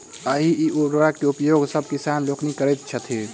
एहि उर्वरक के उपयोग सभ किसान लोकनि करैत छथि